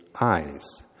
eyes